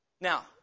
Now